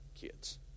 kids